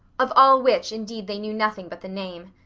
of all which indeed they knew nothing but the name.